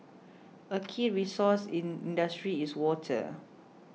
a key resource in industry is water